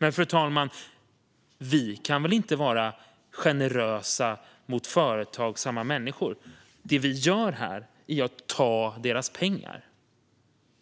Men, fru talman, vi kan väl inte vara generösa mot företagsamma människor? Det vi gör här är ju att ta deras pengar.